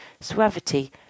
suavity